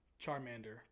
Charmander